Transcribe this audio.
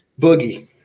Boogie